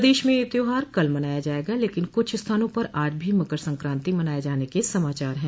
प्रदेश में यह त्यौहार कल मनाया जायेगा लेकिन कुछ स्थानों पर आज भी मकर संक्रांति मनाये जाने के समाचार है